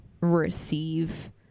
receive